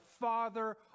father